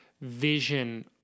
vision